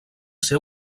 ser